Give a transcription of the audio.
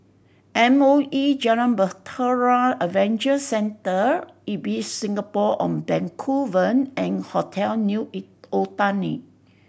M O E Jalan Bahtera Adventure Centre Ibis Singapore On Bencoolen and Hotel New Eg Otani